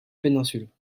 péninsule